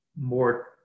more